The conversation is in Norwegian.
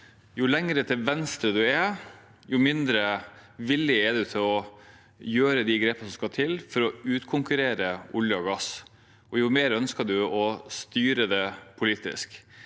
jo lenger til venstre man er, jo mindre villig er man til å ta de grepene som skal til for å utkonkurrere olje og gass, og jo mer ønsker man å styre det politisk.